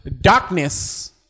darkness